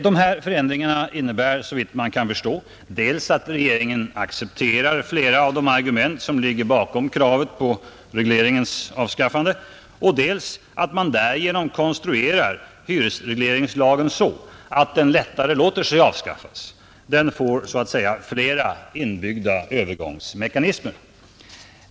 De här förändringarna innebär såvitt man kan förstå dels att regeringen accepterar flera av de argument som ligger bakom kravet på regleringens avskaffande, dels att man därigenom konstruerar hyresregleringslagen så att den lättare låter sig avskaffas; den får så att säga fler inbyggda övergångsmekanismer.